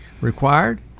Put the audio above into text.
required